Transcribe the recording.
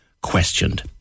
questioned